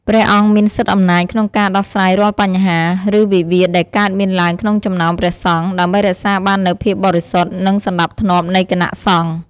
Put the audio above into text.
ព្រះអង្គមានសិទ្ធិអំណាចក្នុងការដោះស្រាយរាល់បញ្ហា ឬវិវាទដែលកើតមានឡើងក្នុងចំណោមព្រះសង្ឃ ដើម្បីរក្សាបាននូវភាពបរិសុទ្ធ និងសណ្ដាប់ធ្នាប់នៃគណៈសង្ឃ។